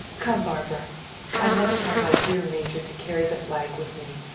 come, barbara i must have my dear major to carry the flag with me.